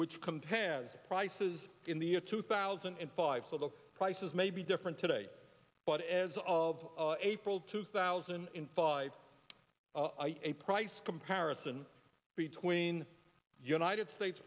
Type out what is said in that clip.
which companion prices in the year two thousand and five so the prices may be different today but as of april two thousand and five a price comparison between united states